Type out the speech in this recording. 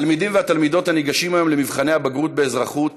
התלמידים והתלמידות הניגשים היום למבחני הבגרות באזרחות